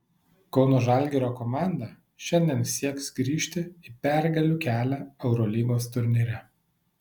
kauno žalgirio komanda šiandien sieks grįžti į pergalių kelią eurolygos turnyre